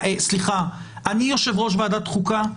סליחה, אני יושב-ראש ועדת החוקה.